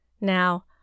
Now